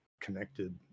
connected